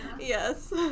Yes